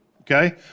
okay